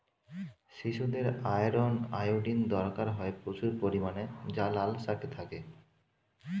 শিশুদের iron, iodine দরকার হয় প্রচুর পরিমাণে যা লাল শাকে থাকে